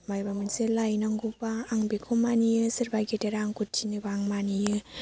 माबा मोनसे लायनांगौ आं बेखौ मानि सोरबा गेदेरा आंखौ थिनोबा आं मानियो